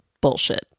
Bullshit